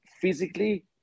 physically